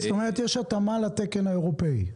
זאת אומרת יש התאמה לתקן האירופאי.